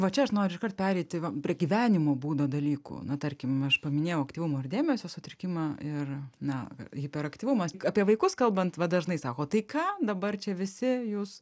va čia aš noriu iškart pereiti va prie gyvenimo būdo dalykų na tarkim aš paminėjau aktyvumo ir dėmesio sutrikimą ir na hiperaktyvumas apie vaikus kalbant va dažnai sako tai ką dabar čia visi jūs